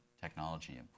technology